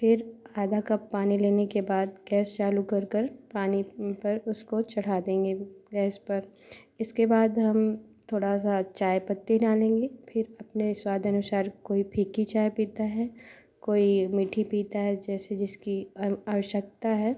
फिर आधा कप पानी लेने के बाद गैस चालू कर कर पानी पर उसको चढ़ा देंगे गैस पर इसके बाद हम थोड़ा सा चाय पत्ती डालेंगे फिर अपने स्वाद अनुसार कोई फीकी चाय पीता है कोई मीठी पीता है जैसे जिसकी आवश्यकता है